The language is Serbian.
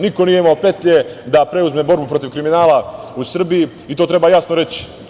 Niko nije imao petlje da preuzme borbu protiv kriminala u Srbiji i to treba jasno reći.